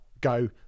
go